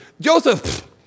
Joseph